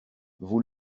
vous